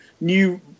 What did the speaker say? new